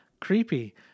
creepy